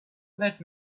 let